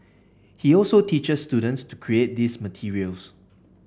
he also teaches students to create these materials